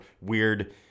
weird